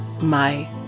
My